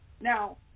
Now